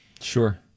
Sure